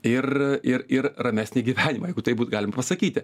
ir ir ir ramesnį gyvenimą jeigu taip būtų galima pasakyti